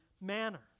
manner